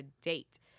date